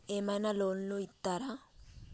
ఏమైనా లోన్లు ఇత్తరా?